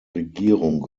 regierung